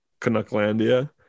Canucklandia